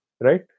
right